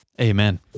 amen